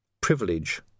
Privilege